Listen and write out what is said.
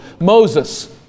Moses